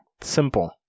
simple